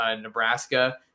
Nebraska